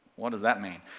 what does that mean?